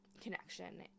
connection